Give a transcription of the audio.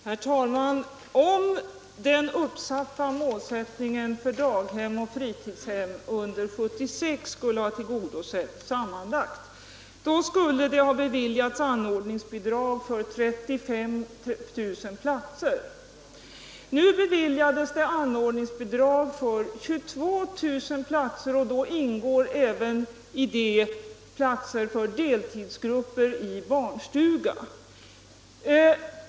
Herr talman! Om den sammanlagda målsättningen för daghem och fritidshem under 1976 skulle ha tillgodosetts, skulle det ha beviljats anordningsbidrag för 35 000 platser. Nu beviljades anordningsbidrag för 22 000 platser, och däri ingår även platser för deltidsgrupper i barnstuga.